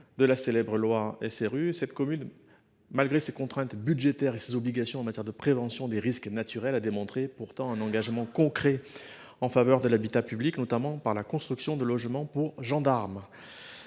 dite loi SRU. Malgré ses contraintes budgétaires et ses obligations en matière de prévention des risques naturels, elle a pourtant manifesté un engagement concret en faveur de l’habitat public, notamment par la construction de logements pour gendarmes.